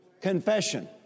Confession